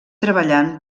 treballant